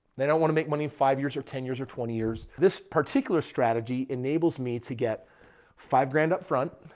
they don't want to make money in five years or ten years or twenty years. this particular strategy enables me to get five grand up front.